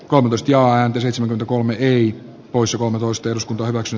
kompostia ääntä seitsemän kolme ei voi suomen luistelus päiväksi